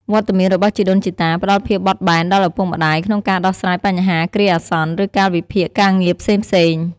វត្តមានរបស់ជីដូនជីតាផ្តល់ភាពបត់បែនដល់ឪពុកម្តាយក្នុងការដោះស្រាយបញ្ហាគ្រាអាសន្ន ឬកាលវិភាគការងារផ្សេងៗ។